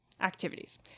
activities